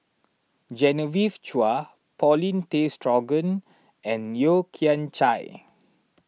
Genevieve Chua Paulin Tay Straughan and Yeo Kian Chai